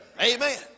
amen